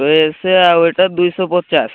ଶହେ ଅଶୀ ଆଉ ଏଇଟା ଦୁଇଶହ ପଚାଶ